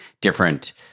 different